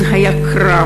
זה היה קרב,